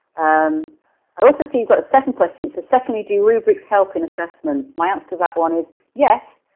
um i also see you've got a second question. it says, secondly do rubrics help in assessment? my answer to that one is yes,